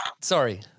sorry